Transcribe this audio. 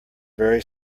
very